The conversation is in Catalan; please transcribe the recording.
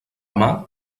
mar